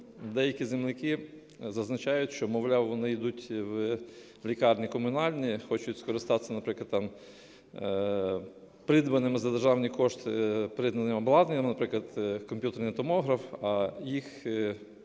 Деякі земляки зазначають, що, мовляв, вони йдуть у лікарні комунальні, хочуть скористатися, наприклад, там придбаними за державний кошт обладнанням, наприклад, комп'ютерний томограф, а їм